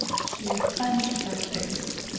she clenched her fist,